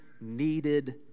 needed